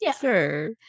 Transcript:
Sure